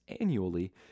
annually